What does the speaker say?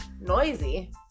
Noisy